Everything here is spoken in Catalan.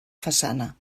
façana